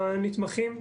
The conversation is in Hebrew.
הנתמכים.